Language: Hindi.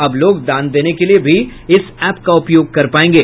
अब लोग दान देने के लिए भी इस एप का उपयोग कर पायेंगे